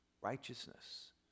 righteousness